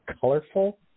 colorful